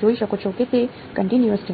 ચાલી રહી નથી